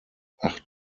acht